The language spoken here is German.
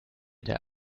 der